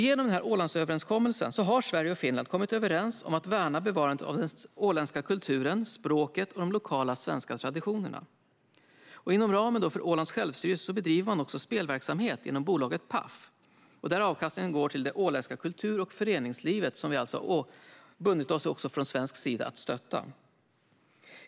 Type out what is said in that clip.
Genom Ålandsöverenskommelsen har Sverige och Finland kommit överens om att värna bevarandet av den åländska kulturen, språket och de lokala svenska traditionerna på Åland. Inom ramen för Ålands självstyre bedriver man spelverksamhet genom bolaget Paf, där avkastningen går till det åländska kultur och föreningslivet, som vi alltså också från svensk sida har förbundit oss att stötta.